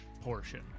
portion